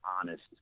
honest